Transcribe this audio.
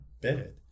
bed